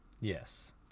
Yes